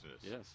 Yes